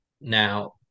Now